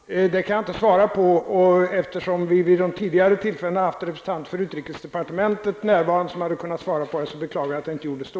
Herr talman! Det kan jag inte svara på. Eftersom vi vid de tidigare frågetillfällena har haft en representant för utrikesdepartementet närvarande, som hade kunnat svara på frågan, beklagar jag att den inte ställdes då.